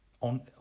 On